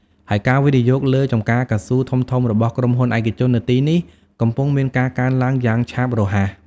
ហើយការវិនិយោគលើចំការកៅស៊ូធំៗរបស់ក្រុមហ៊ុនឯកជននៅទីនេះកំពុងមានការកើនឡើងយ៉ាងឆាប់រហ័ស។